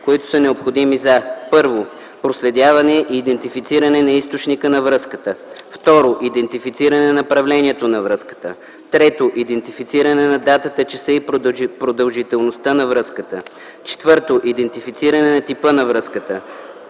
които са необходими за: 1. проследяване и идентифициране на източника на връзката; 2. идентифициране на направлението на връзката; 3. идентифициране на датата, часа и продължителността на връзката; 4. идентифициране на типа на връзката;